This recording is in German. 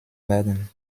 werden